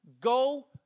go